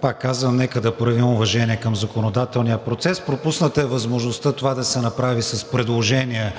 Пак казвам, нека да проявим уважение към законодателния процес. Пропусната е възможността това да се направи с предложение